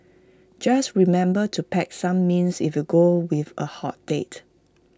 just remember to pack some mints if you go with A hot date